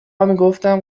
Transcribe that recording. میگفتم